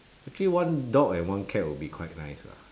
actually one dog and one cat would be quite nice lah